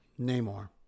Namor